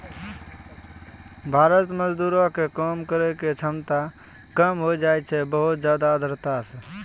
भारतीय मजदूर के काम करै के क्षमता कम होय जाय छै बहुत ज्यादा आर्द्रता सॅ